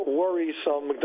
worrisome